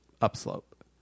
upslope